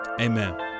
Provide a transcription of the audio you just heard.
Amen